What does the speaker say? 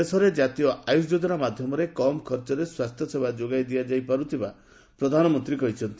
ଦେଶରେ ଜାତୀୟ ଆୟୁଷ ଯୋଜନା ମାଧ୍ୟମରେ କମ୍ ଖର୍ଚ୍ଚରେ ସ୍ୱାସ୍ଥ୍ୟସେବା ଯୋଗାଇ ଦିଆଯାଇପାରୁଥିବା ସେ କହିଛନ୍ତି